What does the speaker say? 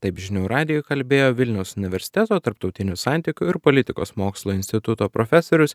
taip žinių radijui kalbėjo vilniaus universiteto tarptautinių santykių ir politikos mokslų instituto profesorius